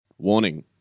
Warning